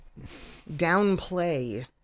downplay